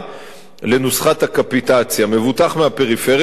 לנוסחת הקפיטציה, מבוטח מהפריפריה "שווה"